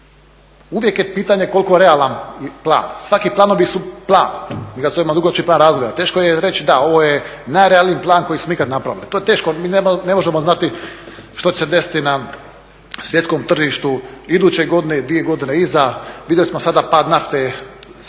Uvijek je pitanje koliko realan plan, svaki planovi su plan, mi ga zovemo dugoročni plan razvoja. Teško je reći, da, ovo je najrealniji plan koji smo ikad napravili. To je teško, mi ne možemo znati što će se desiti na svjetskom tržištu iduće godine i dvije godine iza. Vidjeli smo sada pad nafte, ide